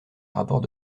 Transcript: rapports